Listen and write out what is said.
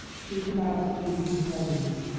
she was about to leave his presence.